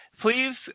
please